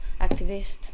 activist